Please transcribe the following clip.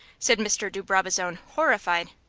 said mr. de brabazon, horrified.